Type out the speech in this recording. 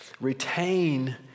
retain